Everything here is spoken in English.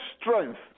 strength